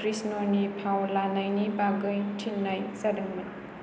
कृष्णनि फाव लानायनि बागै थिननाय जादोंमोन